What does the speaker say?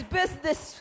business